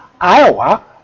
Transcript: Iowa